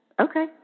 Okay